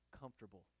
comfortable